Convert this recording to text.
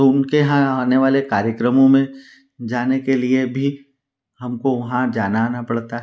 तो उनके यहाँ आने वाले कार्यक्रमों में जाने के लिए भी हमको वहाँ जाना आना पड़ता है